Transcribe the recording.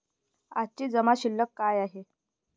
आजची जमा शिल्लक काय आहे?